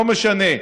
לא משנה,